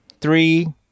three